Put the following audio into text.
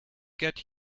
get